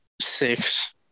six